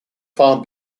farm